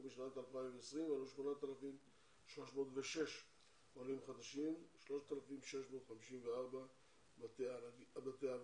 בשנת 2020 עלו 8,306 עולים חדשים, 3,654 בתי אב.